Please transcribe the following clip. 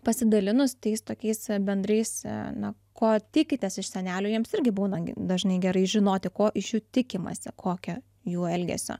pasidalinus tais tokiais bendrais na ko tikitės iš senelių jiems irgi būna dažnai gerai žinoti ko iš jų tikimasi kokia jų elgesio